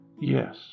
Yes